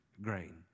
grain